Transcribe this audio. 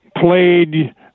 played